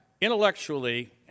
Intellectually